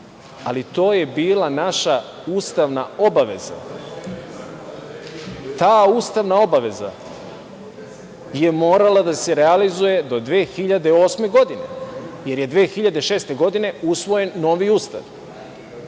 ali to je bila naša ustavna obaveza. Ta ustavna obaveza je morala da se realizuje do 2008. godine, jer je 2006. godine usvojen novi Ustav.